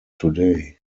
today